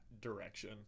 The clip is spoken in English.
direction